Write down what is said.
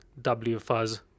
WFuzz